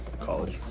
College